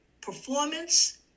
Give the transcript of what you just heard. performance